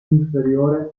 inferiore